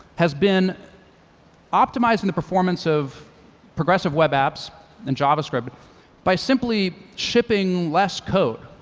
has been optimizing the performance of progressive web apps and javascript by simply shipping less code.